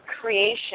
creation